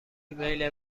ایمیل